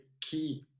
key